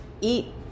eat